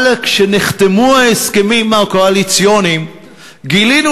אבל כשנחתמו ההסכמים הקואליציוניים גילינו